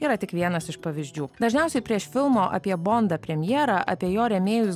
yra tik vienas iš pavyzdžių dažniausiai prieš filmo apie bombą premjera apie jo rėmėjus